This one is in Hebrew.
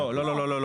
לא, לא.